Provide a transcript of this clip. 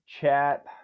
chat